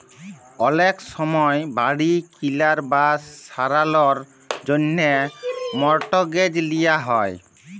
অলেক সময় বাড়ি কিলার বা সারালর জ্যনহে মর্টগেজ লিয়া হ্যয়